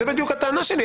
זאת בדיוק הטענה שלי.